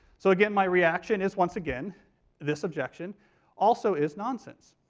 so again my reaction is once again this objection also is nonsense.